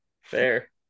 fair